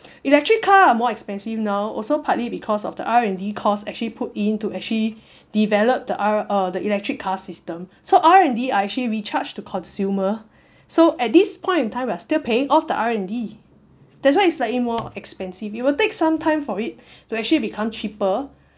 electric car are more expensive now also partly because of the R&D cost actually put into actually develop the R uh the electric car system so R&D are actually recharged to consumer so at this point in time we are still paying off the R&D that's why it's slightly more expensive it will take some time for it to actually become cheaper